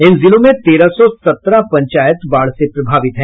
इन जिलों में तेरह सौ सत्रह पंचायत बाढ़ से प्रभावित है